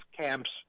camps